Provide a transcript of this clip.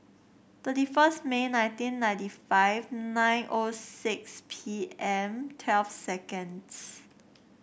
thirty first May nineteen ninety five nine O six P M twelve seconds